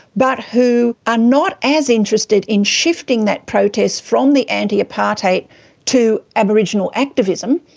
but who are not as interested in shifting that protest from the anti-apartheid to aboriginal activism.